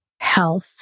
health